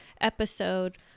episode